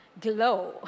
Glow